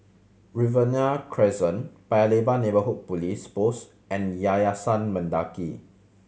Riverina Crescent Paya Lebar Neighbourhood Police Post and Yayasan Mendaki